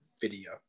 video